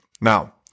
Now